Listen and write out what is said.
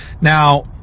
Now